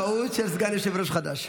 טעות של סגן יושב-ראש חדש.